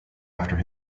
after